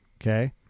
okay